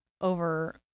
over